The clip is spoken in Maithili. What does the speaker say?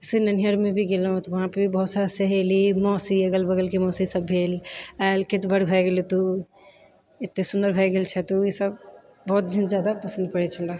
जैसे नैहरमे भी गेलहुँ तऽ ओतऽ भी बहुत सारा सहेली मौसी अगल बगलके मौसी सब भेल आएल कि दुबर भए गेले तू एते सुन्दर भए गेल छै तू ई सब बहुत जादा पसन्द पड़ै छै हमरा